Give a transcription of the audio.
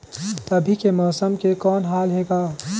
अभी के मौसम के कौन हाल हे ग?